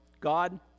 God